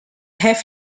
have